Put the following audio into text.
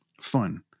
fun